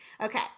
Okay